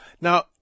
Now